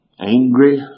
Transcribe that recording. angry